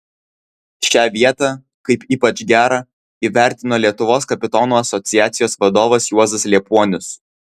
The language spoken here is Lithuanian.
šią vietą kaip ypač gerą įvertino lietuvos kapitonų asociacijos vadovas juozas liepuonius